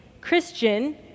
Christian